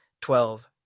Twelve